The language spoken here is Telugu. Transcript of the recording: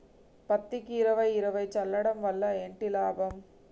పత్తికి ఇరవై ఇరవై చల్లడం వల్ల ఏంటి లాభం?